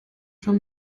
schon